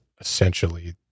essentially